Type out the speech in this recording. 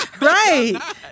Right